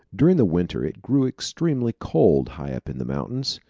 during the winter it grew extremely cold, high up in the mountains.